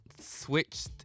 switched